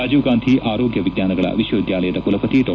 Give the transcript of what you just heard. ರಾಜೀವ್ ಗಾಂಧಿ ಆರೋಗ್ಯ ವಿಜ್ವಾನಗಳ ವಿಶ್ವವಿದ್ಯಾಲಯದ ಕುಲಪತಿ ಡಾ